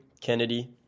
Kennedy